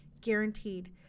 guaranteed